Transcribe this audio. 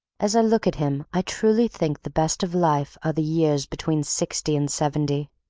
as i look at him i truly think the best of life are the years between sixty and seventy.